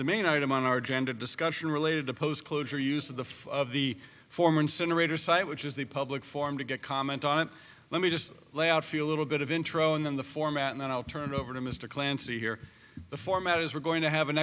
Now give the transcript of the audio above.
the main item on our agenda discussion related to post closure use of the the former incinerator site which is the public forum to get comment on it let me just layout feel a little bit of intro in the format and then i'll turn it over to mr clancy here the format is we're going to have an